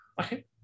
Okay